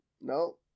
No